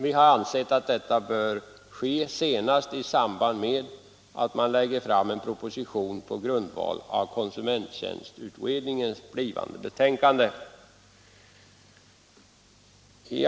Vi har ansett att detta bör ske senast i samband med att det framläggs en proposition på grundval av konsumenttjänstutredningens blivande betänkande.